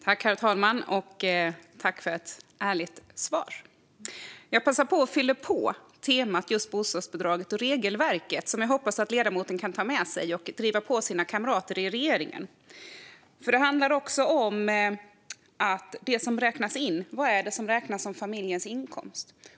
Herr talman! Tack för ett ärligt svar, Camilla Rinaldo Miller! Jag passar på att gå vidare på temat bostadsbidraget och regelverket. Jag hoppas att ledamoten kan ta med sig detta och driva på sina kamrater i regeringen. Det handlar nämligen också om vad som räknas som familjens inkomst.